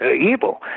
evil